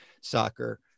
soccer